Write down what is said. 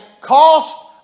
cost